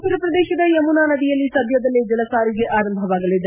ಉತ್ತರ ಪ್ರದೇಶದ ಯಮುನಾ ನದಿಯಲ್ಲಿ ಸದ್ಯದಲ್ಲೇ ಜಲ ಸಾರಿಗೆ ಆರಂಭವಾಗಲಿದೆ